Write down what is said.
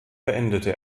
beendete